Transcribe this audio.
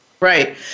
Right